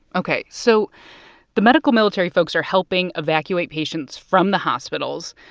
ok, so the medical military folks are helping evacuate patients from the hospitals.